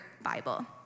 Bible